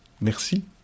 Merci